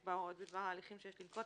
יקבע הוראות בדבר ההליכים שיש לנקוט,